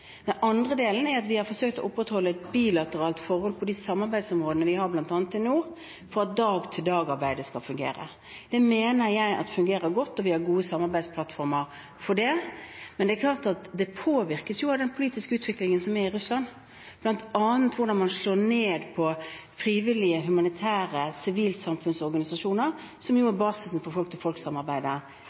Den andre delen er at vi har forsøkt å opprettholde et bilateralt forhold på de samarbeidsområdene vi har bl.a. i nord, for at dag-til-dag-arbeidet skal fungere. Det mener jeg fungerer godt, og vi har gode samarbeidsplattformer for det. Men det er klart at det påvirkes av den politiske utviklingen som er i Russland, bl.a. hvordan man slår ned på frivillige humanitære sivilsamfunnsorganisasjoner, som er basisen for